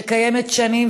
שקיימת שנים,